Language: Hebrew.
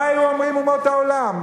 מה היו אומרות אומות העולם?